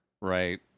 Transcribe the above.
Right